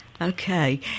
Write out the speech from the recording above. Okay